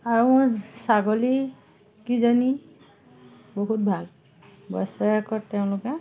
আৰু মোৰ ছাগলীকেইজনী বহুত ভাল বছৰেকত তেওঁলোকে